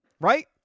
right